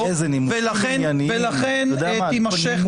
אולי את מכירה